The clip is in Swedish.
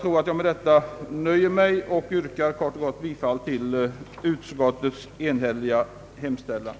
Herr talman! Jag ber att få yrka bifall till utskottets enhälliga hemställan.